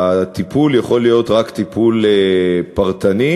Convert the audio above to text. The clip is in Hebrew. הטיפול יכול להיות רק טיפול פרטני,